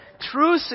true